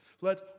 Let